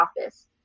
office